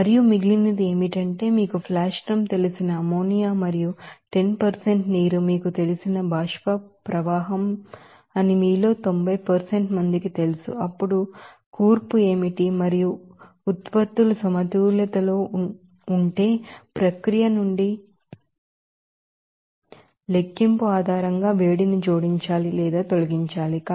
మరియు మిగిలినది ఏమిటంటే మీకు ఫ్లాష్ డ్రమ్ తెలిసిన అమ్మోనియా మరియు 10 నీరు మీకు తెలిసిన వేపర్ స్ట్రీమ్ అని మీలో 90 మందికి తెలుసు అప్పుడు కూర్పు ఏమిటి మరియు ఉత్పత్తులు సమతుల్యతలో ఉంటే ప్రక్రియ నుండి లెక్కింపు ఆధారంగా వేడిని జోడించాలి లేదా తొలగించాలి